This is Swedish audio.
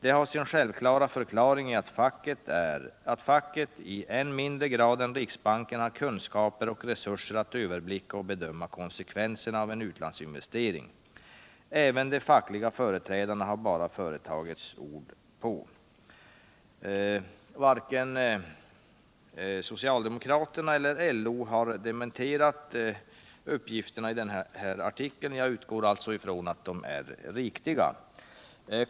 Det har sin självklara förklaring i att facket, i än mindre grad än Riksbanker, har kunskaper och resurser att överblicka och bedöma konsekvenserna uv en utlandsinvestering. Även de fackliga företrädarna har bara företagets ord att gå på.” Varken socialdemokraterna eller LO har dementerat uppgifterna i denna artikel. Jag utgår alltså ifrån att de är riktiga.